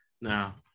Now